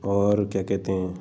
और क्या कहते हैं